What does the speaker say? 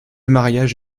mariage